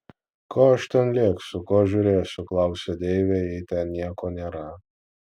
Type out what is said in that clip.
ko aš ten lėksiu ko žiūrėsiu klausia deivė jei ten nieko nėra